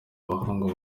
abahungu